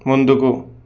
ముందుకు